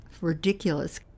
ridiculous